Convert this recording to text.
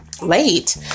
late